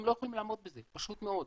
הם לא יכולים לעמוד בזה, פשוט מאוד,